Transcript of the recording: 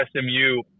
SMU